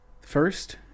First